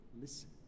listen